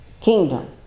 kingdom